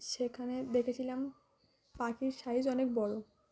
সেখানে দেখেছিলাম পাখির সাইজ অনেক বড়ো